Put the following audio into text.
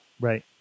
Right